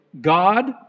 God